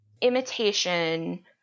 imitation